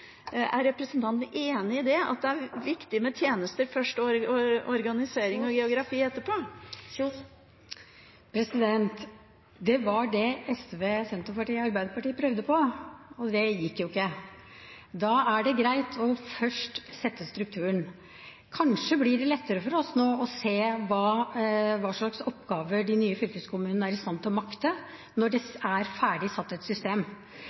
Er representanten enig i det, at det er viktig med tjenester først og organisering og geografi etterpå? Det var det SV, Senterpartiet og Arbeiderpartiet prøvde på, og det gikk jo ikke. Da er det greit å sette strukturen først. Kanskje blir det lettere for oss nå å se hva slags oppgaver de nye fylkeskommunene er i stand til å makte når et system